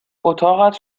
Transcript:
اتاقت